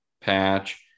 patch